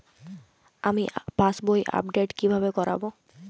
আমি পাসবই আপডেট কিভাবে করাব?